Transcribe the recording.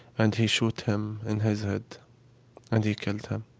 and he shoot him in his head and he killed him